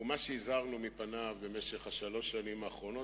הוא מה שהזהרנו מפניו במשך שלוש השנים האחרונות,